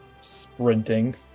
sprinting